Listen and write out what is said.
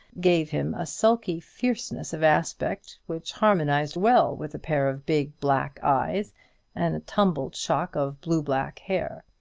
gave him a sulky fierceness of aspect, which harmonized well with a pair of big black eyes and a tumbled shock of blue-black hair.